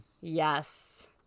Yes